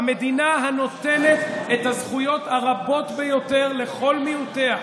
המדינה הנותנת את הזכויות הרבות ביותר לכל מיעוטיה.